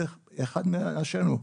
זה אחד מאנשינו.